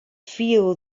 feel